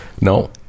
No